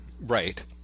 Right